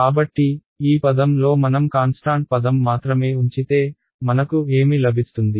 కాబట్టి ఈ పదం లో మనం కాన్స్టాంట్ పదం మాత్రమే ఉంచితే మనకు ఏమి లభిస్తుంది